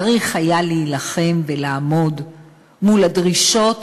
צריך היה להילחם ולעמוד מול הדרישות